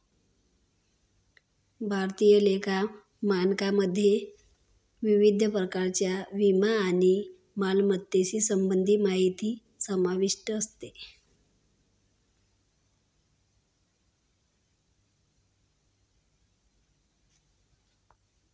भारतीय लेखा मानकमध्ये विविध प्रकारच्या विमा आणि मालमत्तेशी संबंधित माहिती समाविष्ट असते